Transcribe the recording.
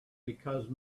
because